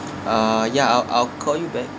uh yeah I'll I'll call you back